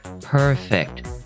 perfect